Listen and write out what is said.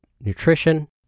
nutrition